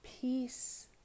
peace